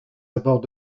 abords